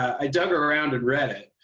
i dug around and read it.